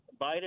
Biden